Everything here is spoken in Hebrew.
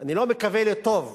אני לא מקווה לטוב,